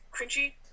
cringy